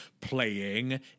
playing